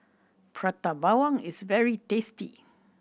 Prata Bawang is very tasty